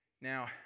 Now